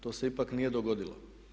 To se ipak nije dogodilo.